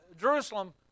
Jerusalem